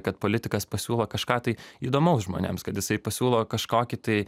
kad politikas pasiūlo kažką tai įdomaus žmonėms kad jisai pasiūlo kažkokį tai